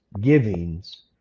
givings